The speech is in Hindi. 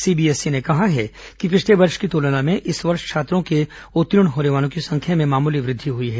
सीबीएसई ने कहा है कि पिछले वर्ष की तुलना में इस वर्ष छात्रों के उत्तीर्ण होने वालों की संख्या में मामूली वृद्वि हुई है